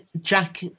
Jack